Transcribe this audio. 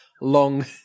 long